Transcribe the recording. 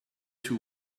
two